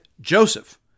Joseph